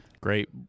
Great